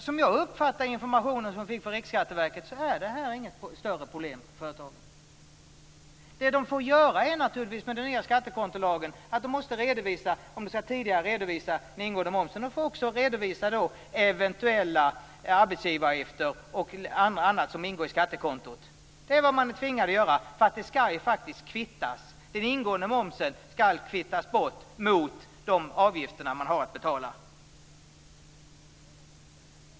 Som jag uppfattar den information vi fått från Riksskatteverket är det här inget större problem för företagen. Om de tidigare redovisat den ingående momsen är det nya med skattekontolagen att de också måste redovisa eventuella arbetsgivaravgifter och annat som ingår i skattekontot. Det är vad man är tvingad att göra. För det skall ju faktiskt kvittas. Den ingående momsen skall kvittas bort mot de avgifter man har att betala.